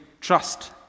trust